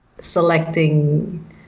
selecting